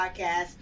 podcast